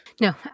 No